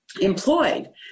employed